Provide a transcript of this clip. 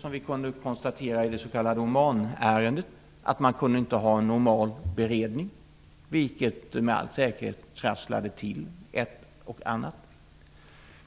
som vi kunde konstatera i det s.k. Omanärendet, att man inte kunde ha en normal beredning, vilket med all säkerhet trasslade till ett och annat.